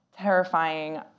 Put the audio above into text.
Terrifying